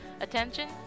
attention